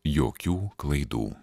jokių klaidų